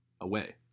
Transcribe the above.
away